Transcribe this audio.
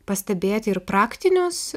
pastebėti ir praktinius